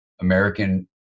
American